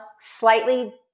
slightly